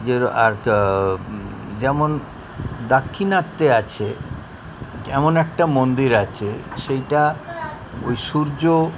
যেমন দাক্ষিণাত্যে আছে এমন একটা মন্দির আছে সেটা ওই সূর্য